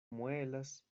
muelas